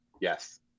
Yes